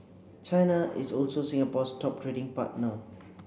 China is also Singapore's top trading partner